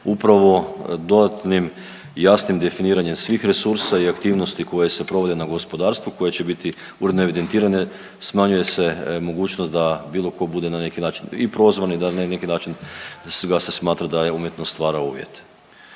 upravo dodatnim i jasnim definiranjem svih resursa i aktivnosti koje se provode na gospodarstvu i koje će biti uredno evidentirane smanjuje se mogućost da bilo ko bude na neki način i prozvan i da na neki način da ga se smatra da je umjetno stvarao uvjete.